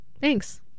Thanks